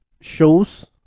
shows